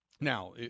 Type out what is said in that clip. now